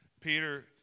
Peter